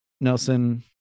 Nelson